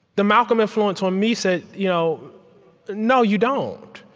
the malcolm influence on me said you know no, you don't.